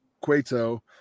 Cueto